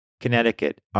Connecticut